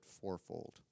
fourfold